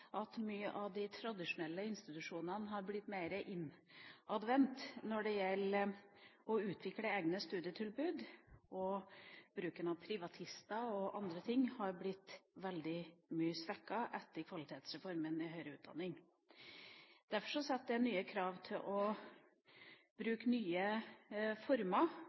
at mange av de tradisjonelle institusjonene har blitt mer innadvendt når det gjelder å utvikle egne studietilbud, og bruken av privatistordninger og annet har blitt veldig svekket etter Kvalitetsreformen i høyere utdanning. Derfor settes nye krav til å bruke nye former